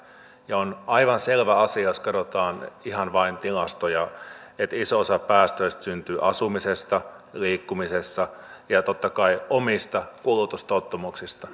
ja on aivan selvä asia jos katsotaan ihan vain tilastoja että iso osa päästöistä syntyy asumisesta liikkumisesta ja totta kai omista kulutustottumuksista